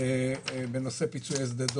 אילת היא רשות חזקה?